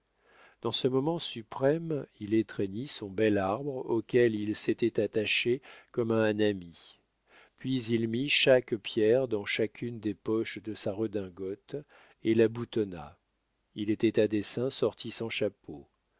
dans ce moment suprême il étreignit son bel arbre auquel il s'était attaché comme à un ami puis il mit chaque pierre dans chacune des poches de sa redingote et la boutonna il était à dessein sorti sans chapeau